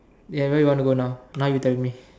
ya where do you wanna go now now you tell me